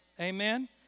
Amen